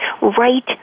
right